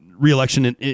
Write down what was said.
re-election